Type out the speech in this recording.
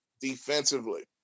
defensively